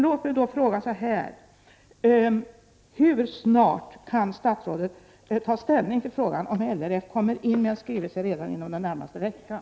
Låt mig då fråga: Hur snart kan statsrådet ta ställning till frågan, om LRF kommer in med en skrivelse redan inom den närmaste veckan?